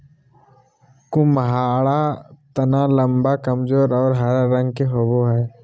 कुम्हाडा तना लम्बा, कमजोर और हरा रंग के होवो हइ